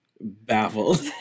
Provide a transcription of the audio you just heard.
baffled